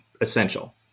essential